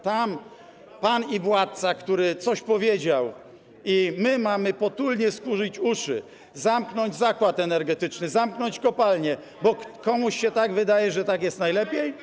Tam pan i władca, który coś powiedział, i my mamy potulnie stulić uszy, zamknąć zakład energetyczny, zamknąć kopalnie, bo komuś się tak wydaje, że tak jest najlepiej?